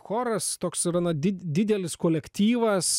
choras toks yra na didelis kolektyvas